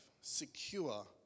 secure